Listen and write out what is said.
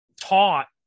taught